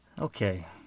Okay